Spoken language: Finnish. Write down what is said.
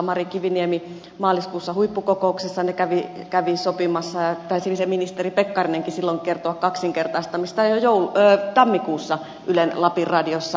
mari kiviniemi maaliskuussa huippukokouksessa ne kävi sopimassa ja taisi se ministeri pekkarinenkin silloin kertoa kaksinkertaistamisesta jo tammikuussa ylen lapin radiossa